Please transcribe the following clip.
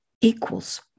equals